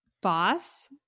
Boss